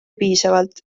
piisavalt